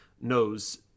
knows